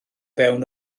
fewn